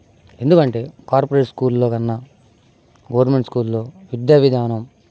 ఎందుకంటే కార్పోరేట్ స్కూళ్ళోకన్నా గవర్నమెంట్ స్కూళ్ళో విద్యావిధానం